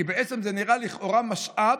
כי בעצם זה נראה לכאורה משאב,